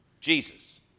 Jesus